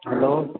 hello